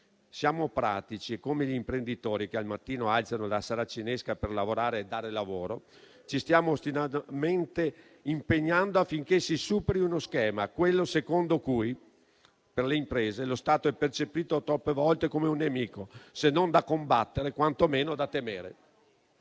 Siamo pratici, come gli imprenditori che al mattino alzano la saracinesca per lavorare e dare lavoro, e ci stiamo ostinatamente impegnando affinché si superi lo schema secondo cui per le imprese lo Stato è percepito troppe volte come un nemico, se non da combattere quantomeno da temere.